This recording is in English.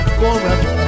forever